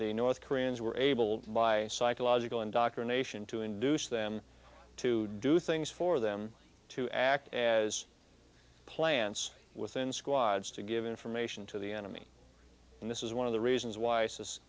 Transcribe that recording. the north koreans were able by psychological indoctrination to induce them to do things for them to act as plants within squads to give information to the enemy and this is one of the reasons why says